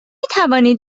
توانید